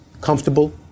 comfortable